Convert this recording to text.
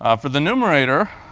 ah for the numerator,